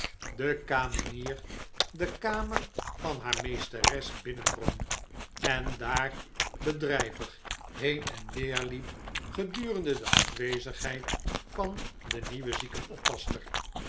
de kamenier de kamer van haar meesteres binnendrong en daar bedrijvig heen en weer liep gedurende de afwezigheid van de nieuwe